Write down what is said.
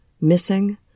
missing